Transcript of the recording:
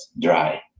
dry